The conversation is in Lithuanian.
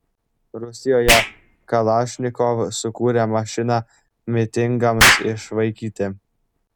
rusijoje kalašnikov sukūrė mašiną mitingams išvaikyti